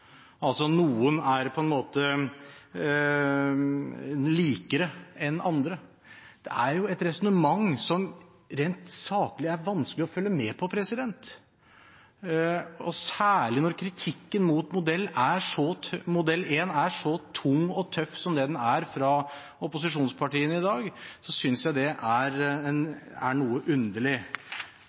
altså at noen på en måte er likere enn andre, er jo det et resonnement som det rent saklig er vanskelig å følge med på. Særlig når kritikken mot modell 1 er så tung og tøff som det den er fra opposisjonspartiene i dag, synes jeg det er noe underlig. Det har hele tiden vært utgangspunktet at dette skulle være en